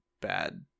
bad